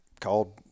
called